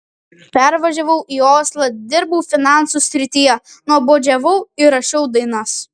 pervažiavau į oslą dirbau finansų srityje nuobodžiavau ir rašiau dainas